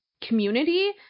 community